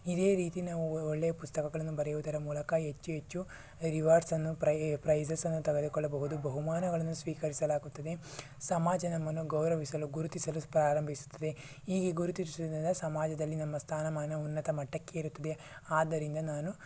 ಇದೇ ರೀತಿ ನಾವು ಒಳ್ಳೆಯ ಪುಸ್ತಕಗಳನ್ನು ಬರೆಯುವುದರ ಮೂಲಕ ಹೆಚ್ಚು ಹೆಚ್ಚು ರಿವಾರ್ಡ್ಸ್ ಅನ್ನು ಪ್ರೈ ಪ್ರೈಜ಼ಸ್ ಅನ್ನು ತಗೆದುಕೊಳ್ಳಬಹುದು ಬಹುಮಾನಗಳನ್ನು ಸ್ವೀಕರಿಸಲಾಗುತ್ತದೆ ಸಮಾಜ ನಮ್ಮನ್ನು ಗೌರವಿಸಲು ಗುರುತಿಸಲು ಪ್ರಾರಂಭಿಸುತ್ತದೆ ಹೀಗೆ ಗುರುತಿಸೋದರಿಂದ ಸಮಾಜದಲ್ಲಿ ನಮ್ಮ ಸ್ಥಾನಮಾನ ಉನ್ನತ ಮಟ್ಟಕ್ಕೇರುತ್ತದೆ ಆದ್ದರಿಂದ ನಾನು